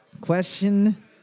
Question